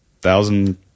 thousand